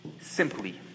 simply